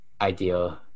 ideal